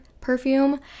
perfume